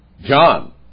John